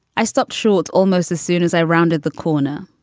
i stopped short almost as soon as i rounded the corner,